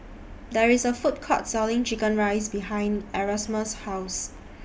There IS A Food Court Selling Chicken Rice behind Erasmus' House